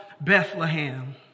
Bethlehem